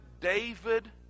David